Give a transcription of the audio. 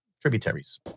tributaries